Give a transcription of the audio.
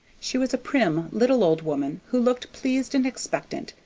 she was a prim little old woman who looked pleased and expectant,